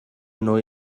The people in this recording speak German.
neu